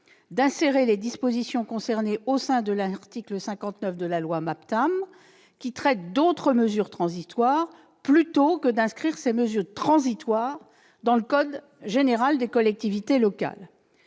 d'insérer les dispositions concernées au sein de l'article 59 de la loi MAPTAM, qui traite d'autres mesures transitoires, plutôt que de les inscrire dans le code général des collectivités